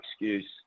excuse